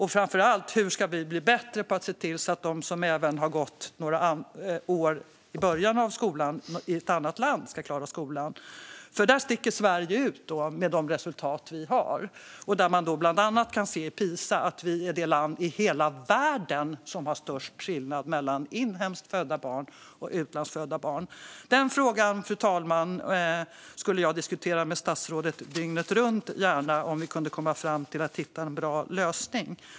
Hur ska vi bli bättre på att se till att de som även har gått de inledande åren i ett annat land ska klara skolan? Där sticker Sverige ut i resultaten. Bland annat framgår i Pisamätningarna att Sverige är det land i hela världen där det råder störst skillnad mellan inhemskt födda barn och utlandsfödda barn. Den frågan skulle jag gärna diskutera dygnet runt med statsrådet om vi kunde komma fram till en bra lösning.